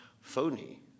phony